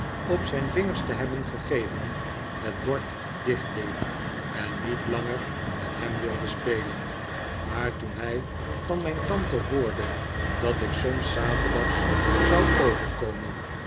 op zijn vingers te hebben gegeven het bord dichtdeed en niet langer met hem wilde spelen maar toen hij van mijn tante hoorde dat ik soms s zaterdags zou overkomen